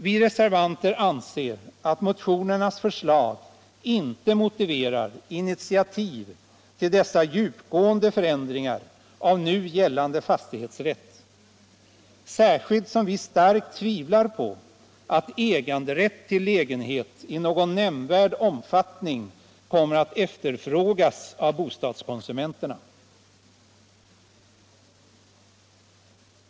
Vi reservanter anser att motionernas förslag inte motiverar initiativ till dessa djupgående förändringar av nu gällande fastighetsrätt, särskilt som vi starkt tvivlar på att äganderätt till lägenhet i någon nämnvärd omfattning kommer: att efterfrågas av bostadskonsumenterna.